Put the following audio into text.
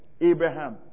Abraham